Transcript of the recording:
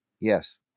Yes